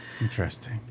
Interesting